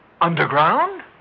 Underground